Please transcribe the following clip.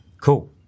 Cool